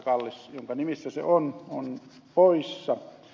kallis jonka nimissä se on on poissa